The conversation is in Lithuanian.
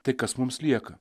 tai kas mums lieka